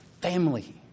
family